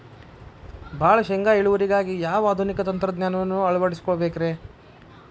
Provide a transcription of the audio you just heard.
ಭಾಳ ಶೇಂಗಾ ಇಳುವರಿಗಾಗಿ ಯಾವ ಆಧುನಿಕ ತಂತ್ರಜ್ಞಾನವನ್ನ ಅಳವಡಿಸಿಕೊಳ್ಳಬೇಕರೇ?